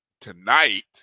tonight